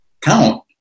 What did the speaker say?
count